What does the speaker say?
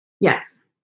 Yes